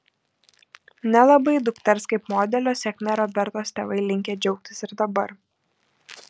nelabai dukters kaip modelio sėkme robertos tėvai linkę džiaugtis ir dabar